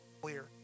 clear